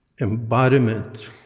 embodiment